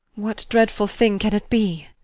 what dreadful thing can it be?